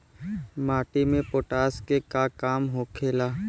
माटी में पोटाश के का काम होखेला?